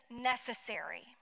necessary